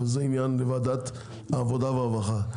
אבל זה עניין לוועדת העבודה והרווחה.